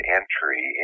entry